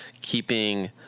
keeping